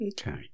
okay